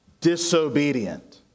disobedient